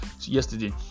yesterday